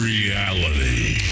Reality